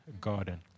garden